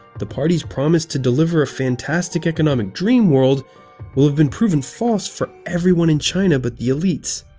the party's promise to deliver a fantastic economic dream world will have been proven false for everyone in china but the elites.